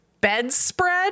bedspread